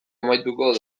amaituko